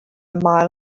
mile